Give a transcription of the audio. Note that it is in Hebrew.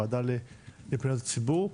הוועדה לפניות הציבור,